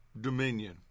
dominion